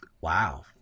Wow